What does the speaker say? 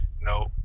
No